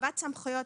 הרחבת סמכויות,